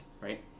right